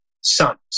sons